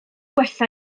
gwella